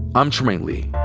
i'm trymaine lee,